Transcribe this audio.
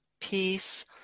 peace